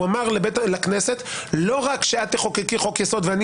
כאשר הוא אמר לכנסת לא רק שאת תחוקקי חוק יסוד ואני